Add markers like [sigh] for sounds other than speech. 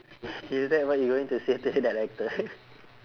is that what you going to say to that director [laughs]